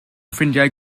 ffrindiau